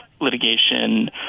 litigation